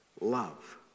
love